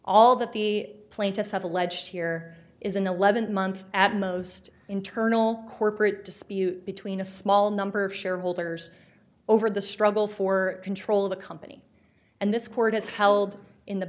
all that the plaintiffs have alleged here is an eleven month at most internal corporate dispute between a small number of shareholders over the struggle for control of a company and this court has held in the